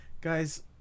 Guys